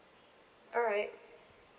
alright